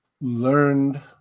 learned